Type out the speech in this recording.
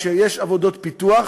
כשיש עבודות פיתוח,